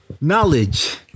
Knowledge